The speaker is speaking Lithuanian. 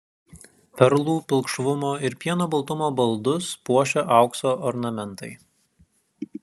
perlų pilkšvumo ir pieno baltumo baldus puošia aukso ornamentai